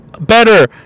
better